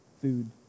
food